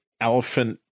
elephant